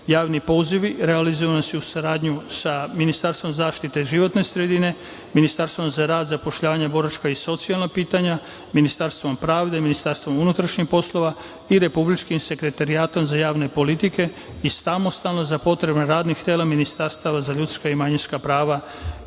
Javni pozivi realizovani su u saradnji sa Ministarstvom zaštite životne sredine, Ministarstvom za rad, zapošljavanje, boračka i socijalna pitanja, Ministarstvom pravde, MUP i Republičkim sekretarijatom za javne politike i samostalno za potrebe radnih tela Ministarstva za ljudska i manjinska prava